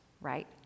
right